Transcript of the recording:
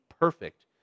perfect